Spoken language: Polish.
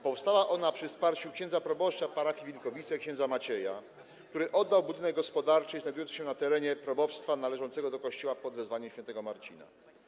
Powstała ona przy wsparciu księdza proboszcza parafii Wilkowice, ks. Macieja, który oddał budynek gospodarczy znajdujący się na terenie probostwa należącego do kościoła pw. św. Marcina.